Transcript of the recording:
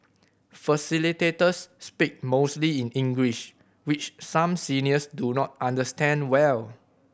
facilitators speak mostly in English which some seniors do not understand well